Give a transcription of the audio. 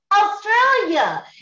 Australia